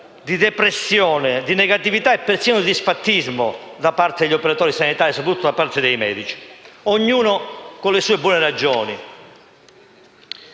di depressione, di negatività e persino di disfattismo da parte degli operatori sanitari, soprattutto da parte dei medici, ognuno con le sue buone ragioni.